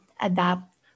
adapt